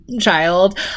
child